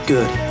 Good